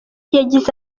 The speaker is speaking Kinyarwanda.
yagize